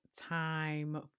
time